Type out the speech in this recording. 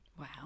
wow